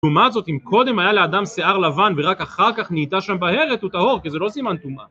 לעומת זאת אם קודם היה לאדם שיער לבן ורק אחר כך נהייתה שם בהרת הוא טהור כי זה לא סימן טומעה